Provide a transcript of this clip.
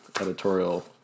editorial